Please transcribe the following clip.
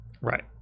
Right